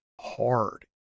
hard